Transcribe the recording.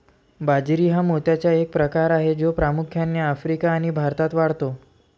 बाजरी हा मोत्याचा एक प्रकार आहे जो प्रामुख्याने आफ्रिका आणि भारतात वाढतो